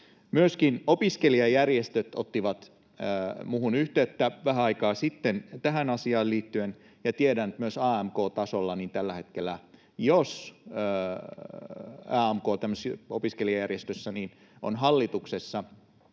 Myöskin opiskelijajärjestöt ottivat minuun yhteyttä vähän aikaa sitten tähän asiaan liittyen, ja tiedän myös AMK-tasolta tällä hetkellä, että jos AMK:n opiskelijajärjestössä on hallituksessa